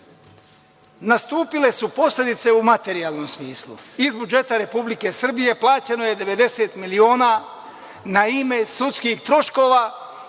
nastupile su posledice u materijalnom smislu. Iz budžeta Republike Srbije plaćeno je 90 miliona na ime sudskih troškova,